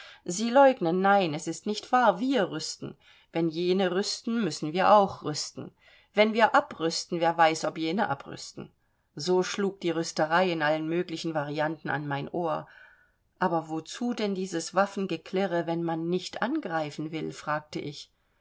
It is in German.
sie leugnen nein es ist nicht wahr wir rüsten wenn jene rüsten müssen wir auch rüsten wenn wir abrüsten wer weiß ob jene abrüsten so schlug die rüsterei in allen möglichen varianten an mein ohr aber wozu denn dieses waffengeklirre wenn man nicht angreifen will fragte ich